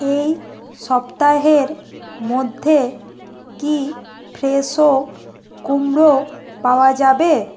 এই সপ্তাহের মধ্যে কি ফ্রেশো কুমড়ো পাওয়া যাবে